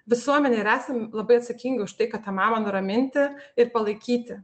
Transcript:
visuomenė ir esam labai atsakinga už tai kad tą mamą nuraminti ir palaikyti